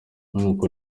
nk’uko